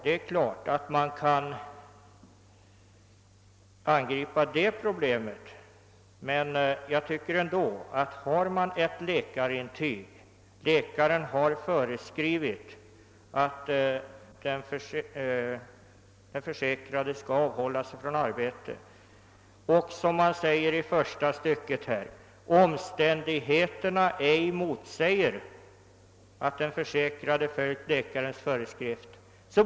Det är klart att man kan ta upp det problemet, men jag tycker det borde räcka med att vederbörande har ett läkarintyg om att han skall avhålla sig från arbete och — som det står i första stycket på s. 3 i utlåtandet — »omständigheterna ej motsäger att den försäkrade följt läkarens föreskrift».